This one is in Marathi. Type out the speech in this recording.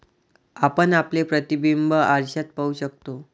आपण आपले प्रतिबिंब आरशात पाहू शकतो